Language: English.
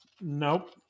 Nope